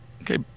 Okay